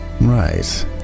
Right